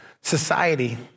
society